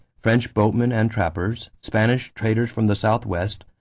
french boatmen and trappers, spanish traders from the southwest,